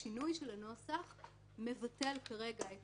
השינוי של הנוסח מבטל כרגע את